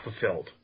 fulfilled